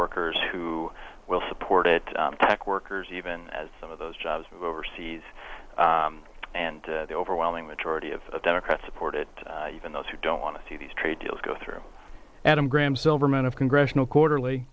workers who will support it tech workers even as some of those jobs move overseas and the overwhelming majority of democrats support it even those who don't want to see these trade deals go through adam graham silverman of congressional quarterly